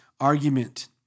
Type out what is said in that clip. argument